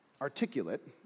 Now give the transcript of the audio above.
articulate